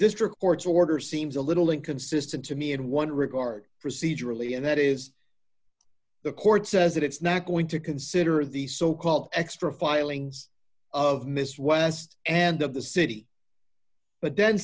district court's order seems a little inconsistent to me in one regard procedurally and that is the court says that it's not going to consider the so called extra filings of miss west and of the city but then